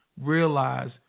realize